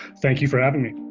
thank you for having me